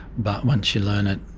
but once you learn it,